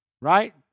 right